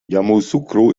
yamoussoukro